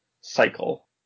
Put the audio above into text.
cycle